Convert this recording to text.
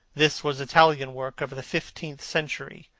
this was italian work of the fifteenth century.